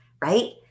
right